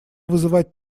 вызывать